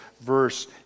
verse